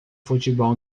futebol